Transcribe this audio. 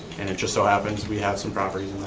and it just so happens we have some properties